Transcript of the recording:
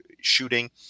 shooting